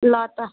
ल त